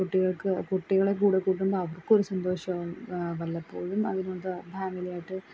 കുട്ടികൾക്ക് കുട്ടികളെ കൂടെക്കൂട്ടുമ്പോൾ അവർക്കൊരു സന്തോഷമാകും വല്ലപ്പോഴും അതിനൊത്ത ഫാമിലിയായിട്ട്